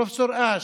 פרופ' אש.